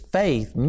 faith